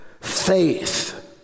faith